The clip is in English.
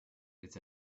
its